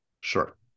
Sure